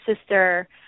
sister